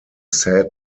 said